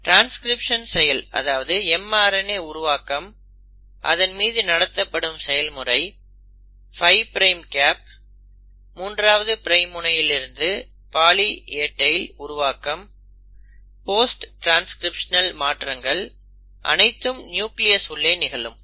transcription செயல் அதாவது mRNA உருவாக்கம் அதன் மீது நடத்தப்படும் செயல்முறை 5 பிரைம் கேப் 3 ஆவது பிரைம் முனையில் பாலி A டெய்ல் உருவாக்கம் போஸ்ட் ட்ரான்ஸ்கிரிப்ஷனல் மாற்றங்கள் அனைத்தும் நியூக்ளியஸ் உள்ளே நிகழும்